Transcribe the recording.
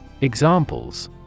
Examples